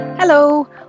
Hello